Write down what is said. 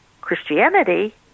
Christianity